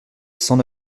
cent